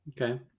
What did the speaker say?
okay